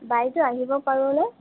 বাইদেউ আহিব পাৰোঁনে